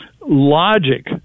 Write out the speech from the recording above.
logic